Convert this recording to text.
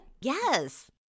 Yes